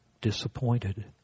disappointed